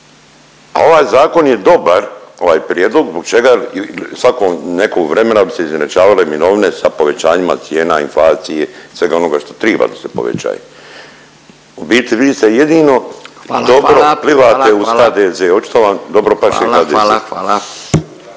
A ovaj zakon je dobar, ovaj prijedlog zbog čega svako nekog vremena bi se izjednačavale mirovine sa povećanjima cijena, inflacije, svega onoga što triba da se poveća. U biti vi se jedino … …/Upadica Furio Reiner: